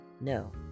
no